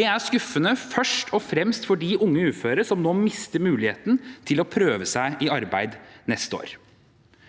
Det er skuffende, først og fremst for de unge uføre, som nå mister muligheten til å prøve seg i arbeid neste år.